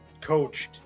coached